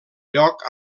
lloc